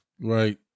Right